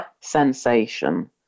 sensation